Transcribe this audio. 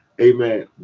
amen